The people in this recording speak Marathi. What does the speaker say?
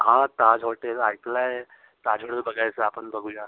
हां ताज हॉटेल ऐकलं आहे ताजमहल बघायचा आपण बघूया